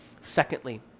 Secondly